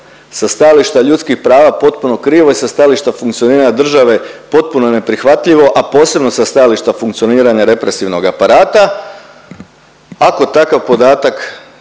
sa stajališta ljudskih prava potpuno krivo i sa stajališta funkcioniranja države potpuno neprihvatljivo a posebno sa stajališta funkcioniranja represivnog aparata ako takav podatak